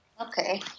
Okay